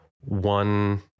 one